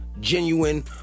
genuine